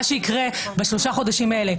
מה שיקרה בשלושה החודשים האלה,